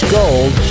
gold